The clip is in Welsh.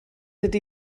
ydy